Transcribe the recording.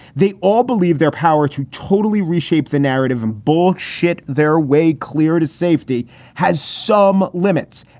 they all believe their power to totally reshape the narrative and bull shit their way clear to safety has some limits.